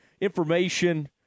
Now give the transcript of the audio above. information